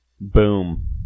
Boom